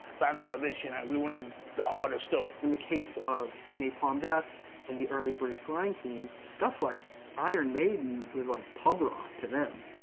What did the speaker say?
bands like this, you know. we wanted the harder stuff. albert in the case of napalm death and the early british grind scene. stuff like iron maiden was like pub rock to them.